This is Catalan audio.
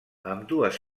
ambdues